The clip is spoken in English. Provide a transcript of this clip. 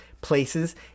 places